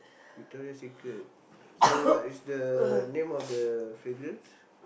Victoria-Secret so what is the name of the fragrance